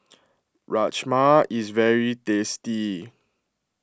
Rajma is very tasty